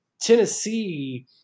Tennessee